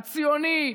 הציוני,